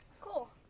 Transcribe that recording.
Cool